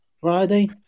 Friday